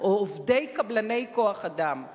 או "עובדי קבלני כוח-אדם";